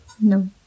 No